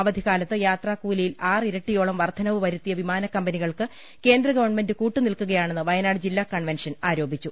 അവധികാലത്ത് യാത്രാകൂലിയിൽ ആറിരട്ടിയോളം വർദ്ധനവ് വരുത്തിയ വിമാന കമ്പനികൾക്ക് കേന്ദ്ര ഗവൺമെന്റ് കൂട്ടു നിൽക്കുകയാണെന്ന് വയനാട് ജില്ലാ കൺവൻഷൻ ആരോപിച്ചു